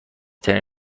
ترین